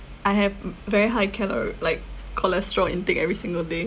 I have mm very high calor~ like cholesterol intake every single day